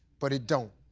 but it don't.